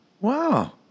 Wow